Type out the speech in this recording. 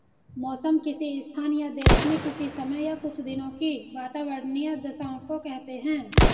मौसम किसी स्थान या देश में किसी समय या कुछ दिनों की वातावार्नीय दशाओं को कहते हैं